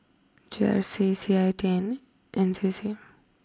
G R C C I and T C